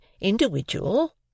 individual